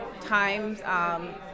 times